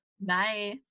Bye